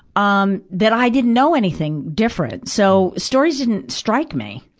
um, that i didn't know anything different. so, stories didn't strike me.